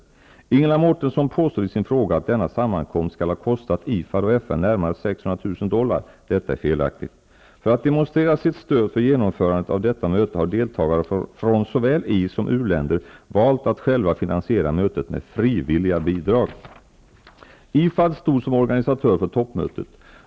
Ingela Mårtensson påstår i sin fråga att denna sammankomst skall ha kostat IFAD och FN närmare 600 000 dollar. Detta är felaktigt. För att demonstrera sitt stöd för genomförandet av detta möte, har deltagare från såväl i som u-länder valt att själva finansiera mötet med frivilliga bi drag. IFAD stod som organisatör för toppmötet.